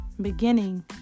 beginning